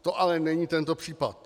To ale není tento případ.